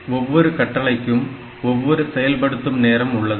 ஒவ்வொரு கட்டளைக்கும் ஒவ்வொரு செயல்படுத்தும் நேரம் உள்ளது